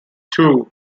two